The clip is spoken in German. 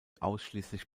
ausschließlich